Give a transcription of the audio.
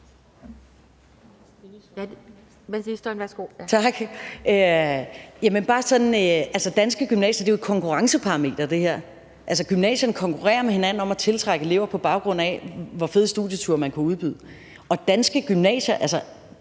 danske gymnasier er det her jo et konkurrenceparameter. Altså, gymnasierne konkurrerer med hinanden om at tiltrække elever, på baggrund af hvor fede studieture man kan udbyde, og Danske Gymnasier,